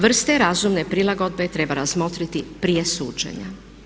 Vrste razumne prilagodbe treba razmotriti prije suđenja.